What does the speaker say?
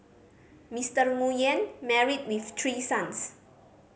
Mister Nguyen married with three sons